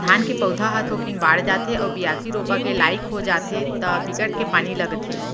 धान के पउधा ह थोकिन बाड़ जाथे अउ बियासी, रोपा के लाइक हो जाथे त बिकट के पानी लगथे